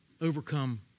Overcome